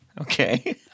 Okay